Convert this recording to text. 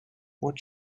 what